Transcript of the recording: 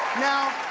now,